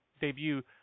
debut